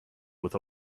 with